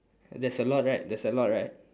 there's a lot right there's a lot right